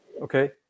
Okay